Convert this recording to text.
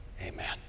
Amen